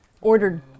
ordered